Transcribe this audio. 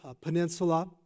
Peninsula